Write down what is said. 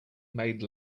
made